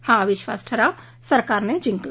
हा अविश्वास ठराव सरकारने जिंकला